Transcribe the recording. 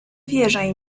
wierzaj